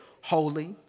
holy